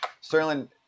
Sterling